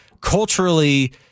Culturally